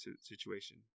situation